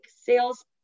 sales